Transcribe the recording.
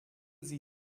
sie